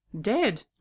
Dead